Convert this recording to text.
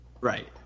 Right